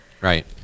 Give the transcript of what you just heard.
right